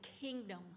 kingdom